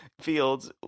Fields